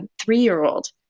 three-year-old